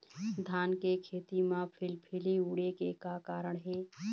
धान के खेती म फिलफिली उड़े के का कारण हे?